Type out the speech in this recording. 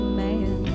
man